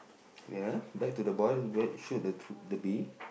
ya back to the boy who wear shoot the tr~ the bee